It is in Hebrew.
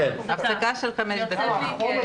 צהרים